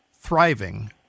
thriving